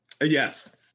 Yes